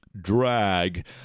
Drag